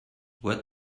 what